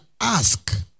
ask